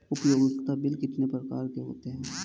उपयोगिता बिल कितने प्रकार के होते हैं?